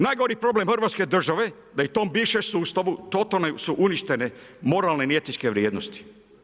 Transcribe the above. Najgori problem Hrvatske države, da i u tom bivšem sustavu, totalno su uništene moralne i etičke vrijednosti.